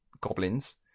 goblins